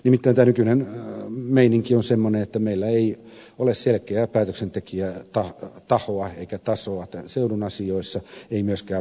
nimittäin tämä nykyinen meininki on semmoinen että meillä ei ole selkeää päätöksentekijätahoa eikä tasoa tämän seudun asioissa ei myöskään vastuun kantajia